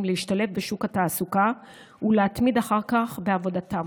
להשתלב בשוק התעסוקה ולהתמיד אחר כך בעבודתם.